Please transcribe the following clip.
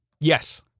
Yes